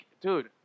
dude